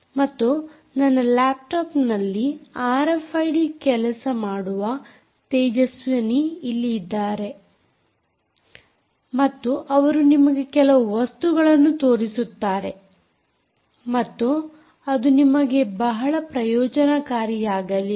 ಮತ್ತು ನನ್ನ ಲ್ಯಾಪ್ಟಾಪ್ ನಲ್ಲಿ ಆರ್ಎಫ್ಐಡಿ ಕೆಲಸ ಮಾಡುವ ತೇಜಸ್ವಿನಿ ಇಲ್ಲಿ ಇದ್ದಾರೆ ಮತ್ತು ಅವರು ನಿಮಗೆ ಕೆಲವು ವಸ್ತುಗಳನ್ನು ತೋರಿಸುತ್ತಾರೆ ಮತ್ತು ಅದು ನಿಮಗೆ ಬಹಳ ಪ್ರಯೋಜನಕಾರಿಯಾಗಲಿದೆ